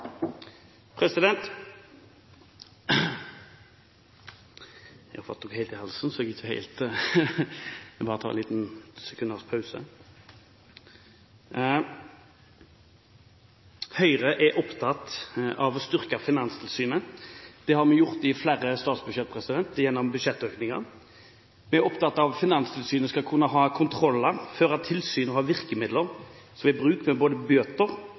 Høyre er opptatt av å styrke Finanstilsynet. Det har vi gjort gjennom budsjettøkningen i flere statsbudsjett. Vi er opptatt av at Finanstilsynet skal kunne ha kontroller, føre tilsyn og ha virkemidler ved brudd både i form av bøter